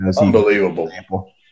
Unbelievable